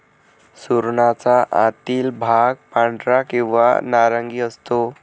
सुरणाचा आतील भाग पांढरा किंवा नारंगी असतो